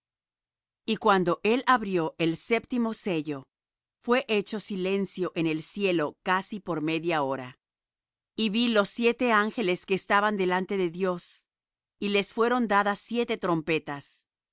y cuando él abrió el séptimo sello fué hecho silencio en el cielo casi por media hora y vi los siete ángeles que estaban delante de dios y les fueron dadas siete trompetas